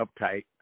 uptight